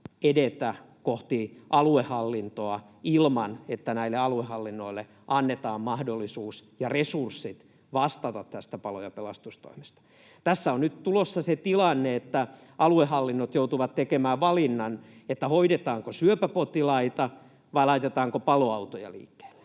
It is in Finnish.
edetä kohti aluehallintoa ilman, että näille aluehallinnoille annetaan mahdollisuus ja resurssit vastata tästä palo- ja pelastustoimesta. Tässä on nyt tulossa se tilanne, että aluehallinnot joutuvat tekemään valinnan, hoidetaanko syöpäpotilaita vai laitetaanko paloautoja liikkeelle,